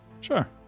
Sure